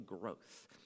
growth